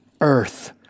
earth